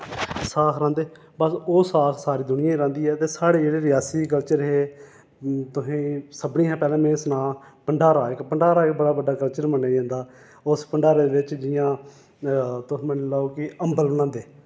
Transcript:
साख रांह्दे बस ओह् साख सारी दुनिया ही रांह्दी ऐ ते साढ़े जेह्ड़े रेआसी दे कल्चर हे तुसें सभने हा पैह्ले में सनां भंडारा इक भंडारा इक बड़ा बड्डा कल्चर मन्नेया जंदा उस भंडारे दे बिच्च जि'यां तुस मन्नी लाओ की अम्बल बनांदे